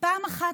דבר אחד,